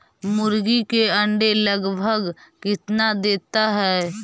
मुर्गी के अंडे लगभग कितना देता है?